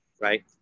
right